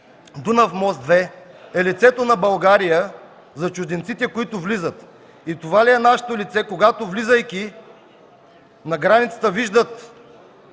Дунав мост 2 е лицето на България за чужденците, които влизат. Това ли е нашето лице, когато, влизайки на границата виждат